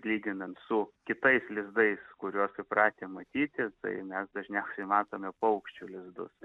lyginant su kitais lizdais kuriuos įpratę matyti tai mes dažniausiai matome paukščių lizdus